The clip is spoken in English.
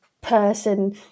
person